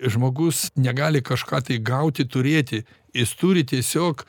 žmogus negali kažką tai gauti turėti jis turi tiesiog